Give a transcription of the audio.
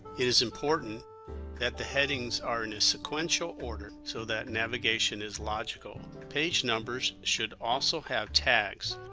it is important that the headings are in a sequential order so that navigation is logical page numbers should also have tags